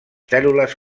cèl·lules